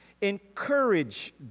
Encourage